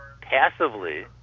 passively